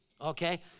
okay